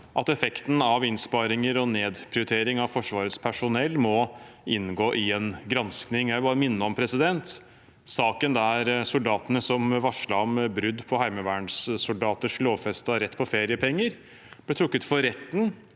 at effekten av innsparinger og nedprioritering av Forsvarets personell må inngå i en gransking. Jeg vil minne om saken om soldatene som varslet om brudd på heimevernssoldaters lovfestete rett på feriepenger, som ble tatt til retten